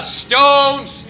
stones